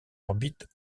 orbite